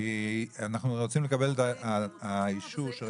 נצביע עליהם כמקשה אחת,